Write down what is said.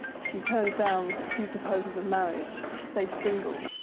she turns down a few proposals of marriage, she stays single.